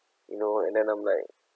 you know and then I'm like